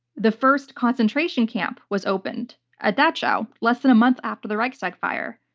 the first concentration camp was opened at dachau less than a month after the reichstag fire.